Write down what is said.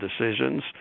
decisions